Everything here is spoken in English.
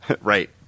Right